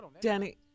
Danny